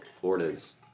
Florida's